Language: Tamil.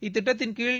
இத்திட்டத்தின்கீழ்